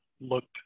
looked